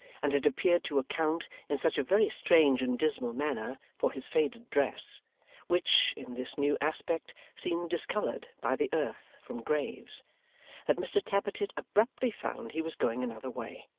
and it appeared to account, in such a very strange and dismal manner, for his faded dress which, in this new aspect, seemed discoloured by the earth from graves that mr tappertit abruptly found he was going another way,